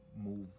move